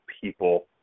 people